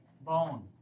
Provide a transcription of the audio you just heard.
bone